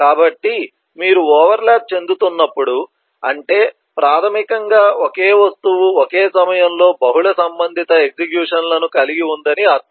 కాబట్టి మీరు overlap చెందుతున్నప్పుడు అంటే ప్రాథమికంగా ఒకే వస్తువు ఒకే సమయంలో బహుళ సంబంధిత ఎగ్జిక్యూషన్ లను కలిగి ఉందని అర్థం